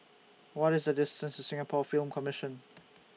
What IS The distance Singapore Film Commission